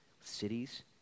cities